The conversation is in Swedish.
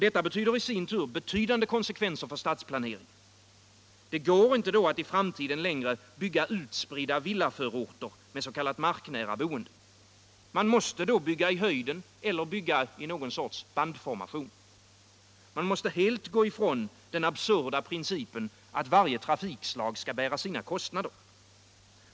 Det får i sin tur betydande konsekvenser för stadsplaneringen. Det går inte att längre bygga utspridda villaförorter med s.k. marknära boende. Man måste då bygga i höjden eller bygga i någon sorts bandformation. Man måste helt gå ifrån den absurda principen att varje trafikslag skall bära sina kostnader.